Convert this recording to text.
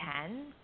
ten